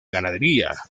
ganadería